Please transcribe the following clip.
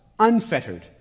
unfettered